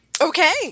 Okay